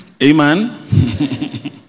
Amen